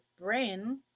brain